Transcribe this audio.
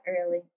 early